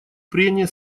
прения